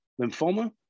lymphoma